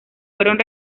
fueron